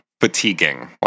fatiguing